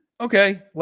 okay